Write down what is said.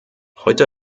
heute